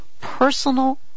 personal